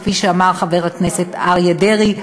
כפי שאמר חבר הכנסת אריה דרעי,